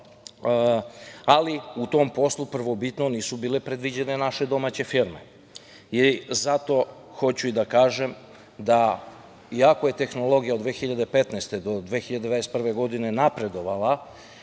ali u tom poslu prvobitno nisu bile predviđene naše domaće firme. Zato hoću da kažem da, iako je tehnologija od 2015. do 2021. godine napredovala